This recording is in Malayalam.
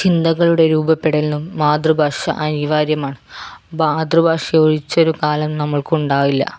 ചിന്തകളുടെ രൂപപ്പെടലിനും മാതൃഭാഷ അനിവാര്യമാണ് മാതൃഭാഷ ഒഴിച്ചൊരു കാലം നമ്മൾക്ക് ഉണ്ടാവില്ല